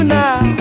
now